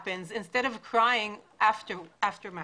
בהם הפנייה מאנשים מישראל ששואפים למנוע מראש דליפת נפט,